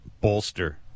bolster